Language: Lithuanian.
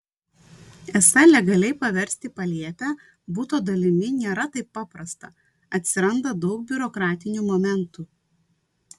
esą legaliai paversti palėpę buto dalimi nėra taip paprasta atsiranda daug biurokratinių momentų